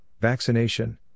vaccination